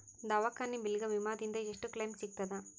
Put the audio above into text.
ದವಾಖಾನಿ ಬಿಲ್ ಗ ವಿಮಾ ದಿಂದ ಎಷ್ಟು ಕ್ಲೈಮ್ ಸಿಗತದ?